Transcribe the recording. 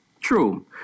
true